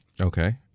Okay